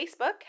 Facebook